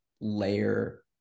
layer